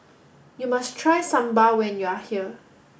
you must try Sambar when you are here